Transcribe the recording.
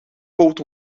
boat